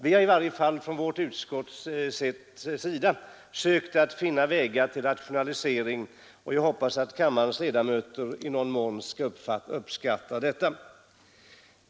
Vi har i varje fall från vårt utskotts sida sökt finna vägar till rationalisering, och jag hoppas att kammarens ledamöter i någon mån skall uppskatta detta.